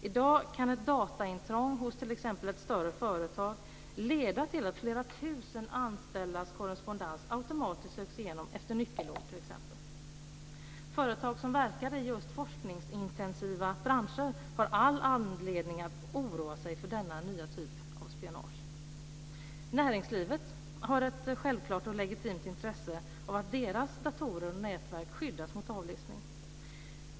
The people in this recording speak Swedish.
I dag kan ett dataintrång hos ett större företag leda till att flera tusen anställdas korrespondens automatiskt söks igenom, t.ex. efter nyckelord. Företag som verkar i just forskningsintensiva branscher har all anledning att oroa sig för denna nya typ av spionage. Näringslivet har ett självklart och legitimt intresse av att deras datorer och nätverk skyddas mot avlyssning.